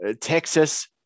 Texas